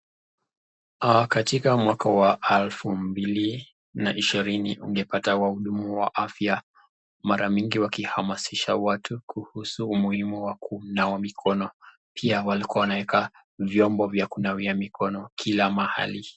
katika mwaka wa alfu mbili na ishirini ungepata wahudumu wa afya mara mingi wakihamazisha watu kuhusu umuhimu wa kunawa mikono pia walikuwa wanaweka vyombo vya kunawiya mikono kila mahali.